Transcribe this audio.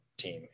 team